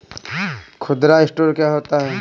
खुदरा स्टोर क्या होता है?